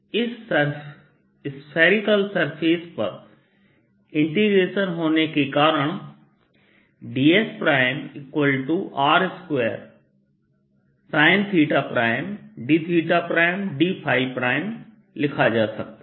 इस spherical surface पर integration होने के कारणdsR2sinddϕ लिखा जा सकता है